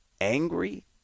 angry